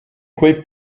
quei